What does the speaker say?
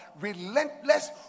relentless